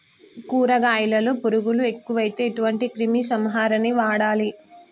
కూరగాయలలో పురుగులు ఎక్కువైతే ఎటువంటి క్రిమి సంహారిణి వాడాలి?